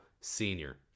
senior